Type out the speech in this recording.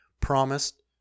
promised